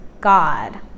God